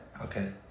okay